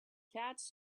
cats